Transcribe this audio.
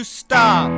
stop